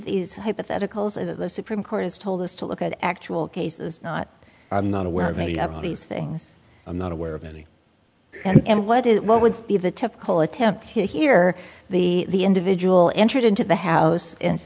these hypotheticals in the supreme court has told us to look at actual cases not i'm not aware of any of these things i'm not aware of any and what is what would be the typical attempt here the individual entered into the house and